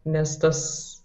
nes tas